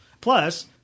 Plus